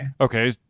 Okay